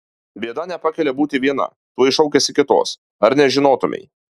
bėda nepakelia būti viena tuoj šaukiasi kitos ar nežinotumei